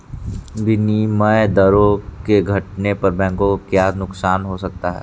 विनिमय दरों के घटने पर बैंकों को क्या नुकसान हो सकते हैं?